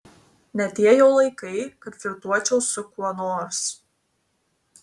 ne tie jau laikai kad flirtuočiau su kuo nors